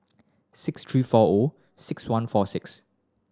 six three four O six one four six